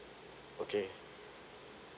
okay